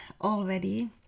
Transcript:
already